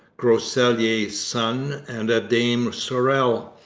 groseilliers' son, and a dame sorrel,